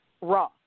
raw